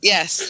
Yes